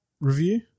review